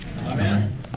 Amen